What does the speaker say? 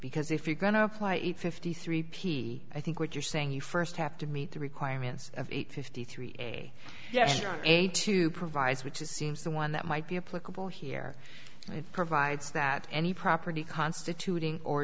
because if you're going to apply it fifty three p i think what you're saying you first have to meet the requirements of eight fifty three a yes or a to provide which is seems the one that might be a political here and it provides that any property constitut